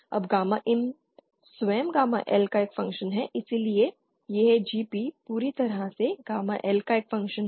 अब gamma IN स्वयं gamma L का एक फ़ंक्शन है इसलिए यह GP पूरी तरह से गामा L का एक फ़ंक्शन है